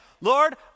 Lord